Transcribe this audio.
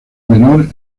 menor